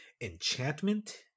enchantment